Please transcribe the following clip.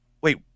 wait